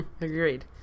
agreed